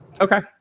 okay